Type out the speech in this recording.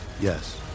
Yes